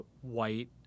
white